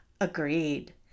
Agreed